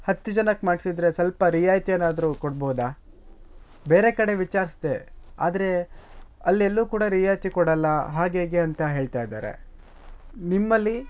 ಹತ್ತು ಜನಕ್ಕೆ ಮಾಡಿಸಿದ್ರೆ ಸ್ವಲ್ಪ ರಿಯಾಯಿತಿ ಏನಾದರೂ ಕೊಡ್ಬೋದಾ ಬೇರೆ ಕಡೆ ವಿಚಾರಿಸದೆ ಆದರೆ ಅಲ್ಲೆಲ್ಲೂ ಕೂಡ ರಿಯಾಯಿತಿ ಕೊಡೋಲ್ಲ ಹಾಗೆ ಹೀಗೆ ಅಂತ ಹೇಳ್ತಾಯಿದ್ದಾರೆ ನಿಮ್ಮಲ್ಲಿ